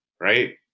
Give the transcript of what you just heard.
right